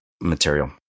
material